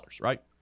right